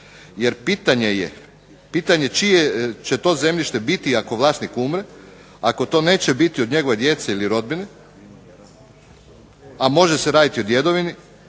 odredba jer pitanje je čije će to zemljište biti ako vlasnik umre, ako to neće biti od njegove djece ili od rodbine, a može se raditi o djedovini